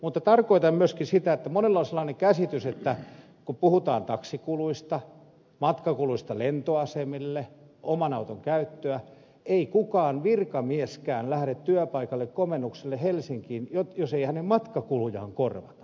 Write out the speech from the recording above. mutta tarkoitan myöskin sitä että monella on sellainen käsitys että kun puhutaan taksikuluista matkakuluista lentoasemille oman auton käytöstä niin ei kukaan virkamieskään lähde työkomennukselle helsinkiin jos ei hänen matkakulujaan korvata